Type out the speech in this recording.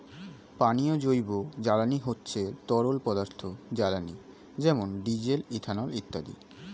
পানীয় জৈব জ্বালানি হচ্ছে তরল পদার্থ জ্বালানি যেমন ডিজেল, ইথানল ইত্যাদি